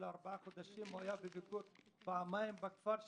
ארבעה חודשים הוא היה בביקור פעמיים בכפר,